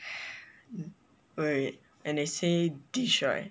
wait when they say dish right